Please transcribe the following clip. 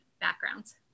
backgrounds